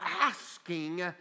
asking